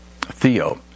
theo